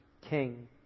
King